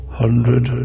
hundred